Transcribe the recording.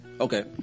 Okay